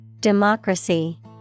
Democracy